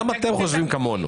גם אתם חושבים כמונו.